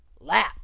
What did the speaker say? lap